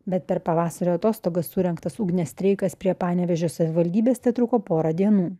bet per pavasario atostogas surengtas ugnės streikas prie panevėžio savivaldybės tetruko porą dienų